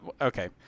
okay